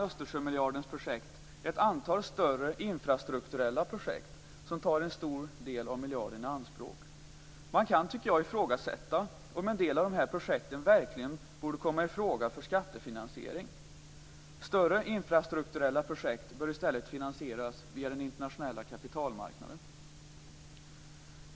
Östersjömiljardens projekt ett antal större infrastrukturella projekt som tar en stor del av miljarden i anspråk. Man kan, tycker jag, ifrågasätta om en del av de här projekten verkligen borde komma i fråga för skattefinansiering. Större infrastrukturella projekt bör i stället finansieras via den internationella kapitalmarknaden.